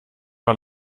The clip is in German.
war